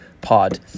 pod